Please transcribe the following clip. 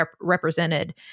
represented